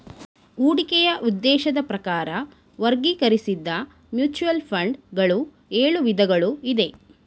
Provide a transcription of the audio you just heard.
ಹೂಡಿಕೆಯ ಉದ್ದೇಶದ ಪ್ರಕಾರ ವರ್ಗೀಕರಿಸಿದ್ದ ಮ್ಯೂಚುವಲ್ ಫಂಡ್ ಗಳು ಎಳು ವಿಧಗಳು ಇದೆ